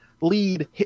lead